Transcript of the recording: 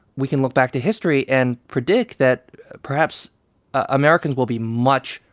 we can look back to history and predict that perhaps americans will be much,